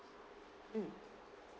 mm